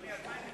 2009,